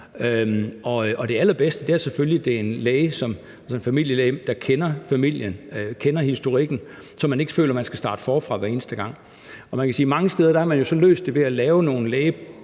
det allerbedste er selvfølgelig, at det er en læge som familielægen, der kender familien, der kender historikken, så man ikke føler, at man skal starte forfra hver eneste gang. Man kan jo så sige, at man mange steder har løst det ved at lave nogle lægepraksisser,